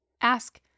Ask